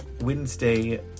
Wednesday